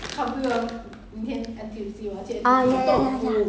我们那里我们怎么讲讲讲讲到讲到 Calbee 去